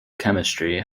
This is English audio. chemistry